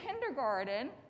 kindergarten